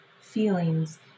feelings